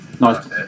Nice